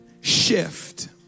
shift